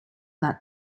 that